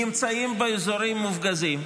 נמצאים באזורים מופגזים,